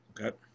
Okay